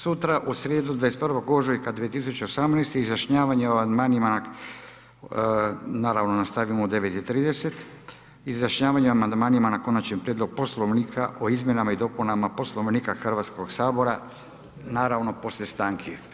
Sutra, u srijedu 21. ožujka 2018. izjašnjavanje o amandmanima, naravno nastavljamo u 9,30h, izjašnjavanje o amandmanima na Konačni prijedlog Poslovnika o izmjenama i dopunama Poslovnika Hrvatskoga sabora, naravno poslije stanki.